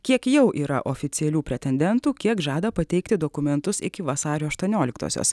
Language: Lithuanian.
kiek jau yra oficialių pretendentų kiek žada pateikti dokumentus iki vasario aštuonioliktosios